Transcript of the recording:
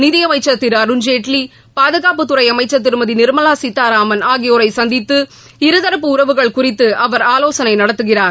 நிதியமைச்சர் திரு அருண்ஜேட்லி பாதுகாட்புத்துறை அமைச்சர் திருமதி நிர்மலா சீதாராமன் ஆகியோரை சந்தித்து இருதரப்பு உறவுகள் குறித்து அவர் ஆலோசனை நடத்துகிறார்